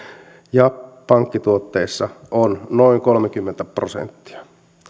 ja pankkituotteissa on noin kolmekymmentä prosenttia